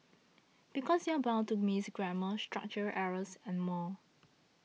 because you're bound to miss grammar structural errors and more